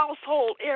household